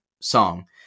song